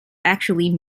actually